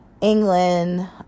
England